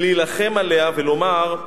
ולהילחם עליה, ולומר: